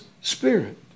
spirit